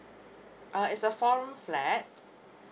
uh is a four room flat